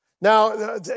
Now